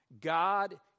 God